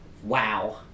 Wow